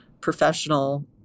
professional